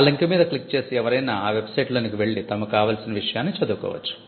ఆ లింక్ మీద క్లిక్ చేసి ఎవరైనా ఆ వెబ్సైటు లోనికి వెళ్లి తమకు కావాల్సిన విషయాన్ని చదువుకోవచ్చు